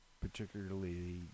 particularly